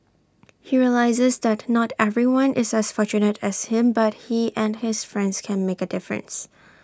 he realises that not everyone is as fortunate as him but he and his friends can make A difference